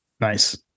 Nice